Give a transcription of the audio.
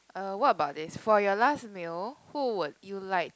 uh what bout this for your last meal who would you like do